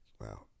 Wow